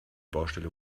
baustelle